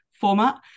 format